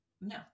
no